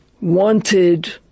wanted